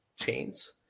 chains